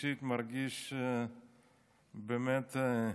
עמדת,